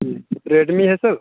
Redmi ہے سر